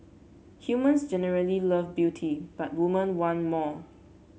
humans generally love beauty but woman one more